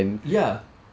ya